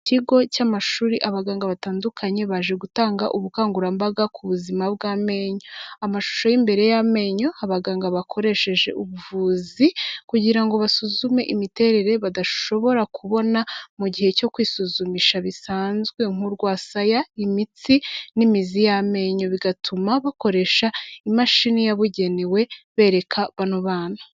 Ikigo cy'amashuri, abaganga batandukanye baje gutanga ubukangurambaga ku buzima bw'amenyo, amashusho y'imbere y'amenyo, abaganga bakoresheje ubuvuzi kugira ngo basuzume imiterere badashobora kubona mu gihe cyo kwisuzumisha bisanzwe nk'urwasaya, imitsi n'imizi y'amenyo, bigatuma bakoresha imashini yabugenewe bereka bano bana.